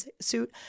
suit